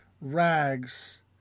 rags